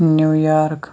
New York